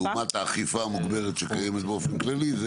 לעומת האכיפה המוגברת שקיימת באופן כללי,